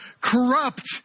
corrupt